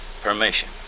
permission